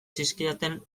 zizkidaten